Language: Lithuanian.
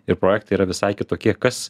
ir projektai yra visai kitokie kas